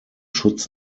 schutz